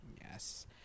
Yes